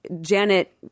Janet